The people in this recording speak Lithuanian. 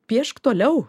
piešk toliau